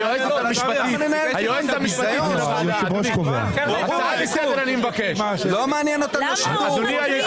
היועצת המשפטית לוועדה --- לא מעניין אותם תושבות